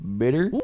bitter